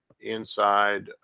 inside